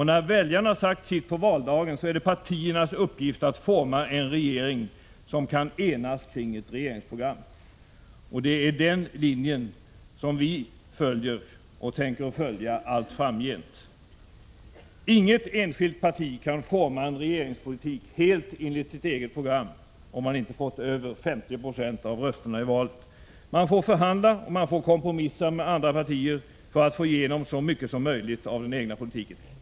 När väljarna har sagt sitt på valdagen är det partiernas uppgift att forma en regering som kan enas om ett regeringsprogram. Det är denna linje som vi följer och som vi också tänker följa allt framgent. Inget enskilt parti kan forma en regeringspolitik helt enligt sitt eget program, om inte partiet fått mer än 50 26 av rösterna i valet. Man får förhandla och kompromissa med andra partier för att få igenom så mycket som möjligt av den egna politiken.